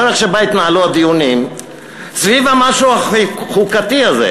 הדרך שבה התנהלו הדיונים סביב המשהו החוקתי הזה,